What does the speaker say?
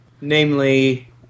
Namely